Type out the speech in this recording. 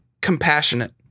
compassionate